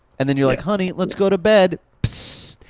and then you're like, honey, let's go to bed, psst,